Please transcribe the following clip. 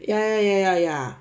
ya ya ya ya